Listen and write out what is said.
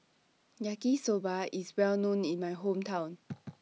Yaki Soba IS Well known in My Hometown